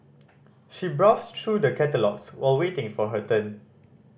she browsed through the catalogues while waiting for her turn